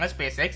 SpaceX